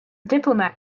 diplomat